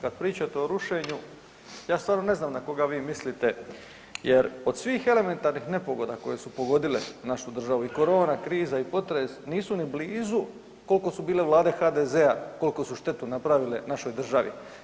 Kada pričate o rušenju, ja stvarno ne znam na koga vi smiliste jer od svih elementarnih nepogoda koje su pogodile našu državu i korona kriza i potres nisu ni blizu koliko su bile vlade HDZ-a koliku su štetu napravile našoj državi.